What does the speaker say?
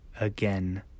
again